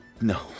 No